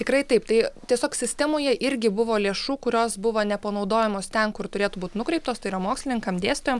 tikrai taip tai tiesiog sistemoje irgi buvo lėšų kurios buvo nepanaudojamos ten kur turėtų būt nukreiptos tai yra mokslininkam dėstytojam